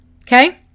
okay